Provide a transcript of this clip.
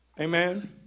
Amen